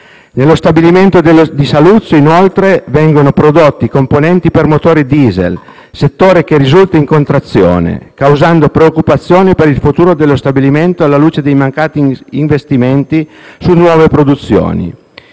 Nello stabilimento di Saluzzo, inoltre, vengono prodotti i componenti per motori diesel e tale settore risulta in contrazione, causando preoccupazione per il futuro dello stabilimento alla luce dei mancati investimenti su nuove produzioni.